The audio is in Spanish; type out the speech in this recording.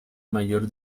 mayor